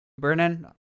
Brennan